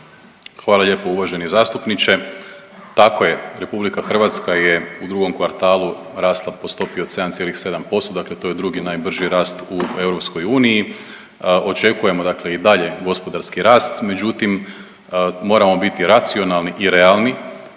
Hvala lijepo uvaženi zastupniče, tako je RH je u drugom kvartalu rasla po stopi od 7,7%, dakle to je drugi najbrži rast u EU. Očekujemo dakle i dalje gospodarski rast, međutim moramo biti racionalni i realni